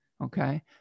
okay